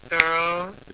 Girl